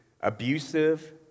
abusive